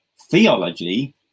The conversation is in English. theology